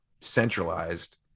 centralized